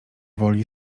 woli